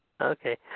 Okay